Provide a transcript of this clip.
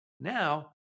Now